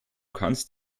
kannst